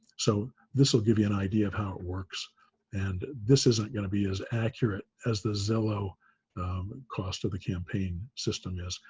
so, this'll give you an idea of how it works and this isn't going to be as accurate as the zillow and cost of the campaign system is.